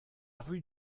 rue